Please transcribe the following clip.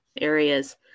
areas